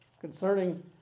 concerning